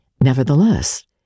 Nevertheless